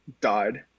died